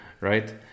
right